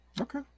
Okay